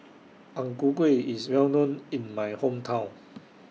Ang Ku Kueh IS Well known in My Hometown